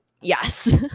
Yes